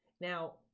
Now